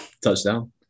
Touchdown